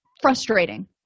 frustrating